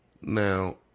Now